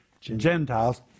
Gentiles